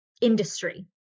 Industry